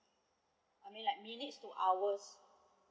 I mean like minutes to hours